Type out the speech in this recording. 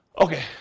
Okay